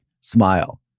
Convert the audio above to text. smile